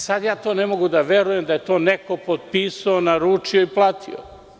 Sada ja to ne mogu da verujem da je to neko potpisao, naručio i platio.